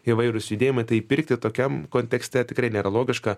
įvairūs judėjimai tai pirkti tokiam kontekste tikrai nėra logiška